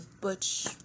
butch